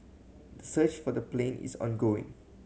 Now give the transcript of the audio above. the search for the plane is ongoing